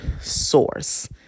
source